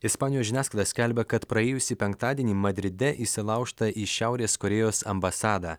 ispanijos žiniasklaida skelbia kad praėjusį penktadienį madride įsilaužta į šiaurės korėjos ambasadą